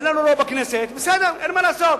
אין לנו רוב בכנסת, בסדר, אין מה לעשות.